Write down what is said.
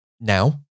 now